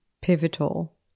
pivotal